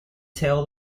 tail